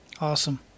Awesome